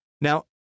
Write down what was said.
Now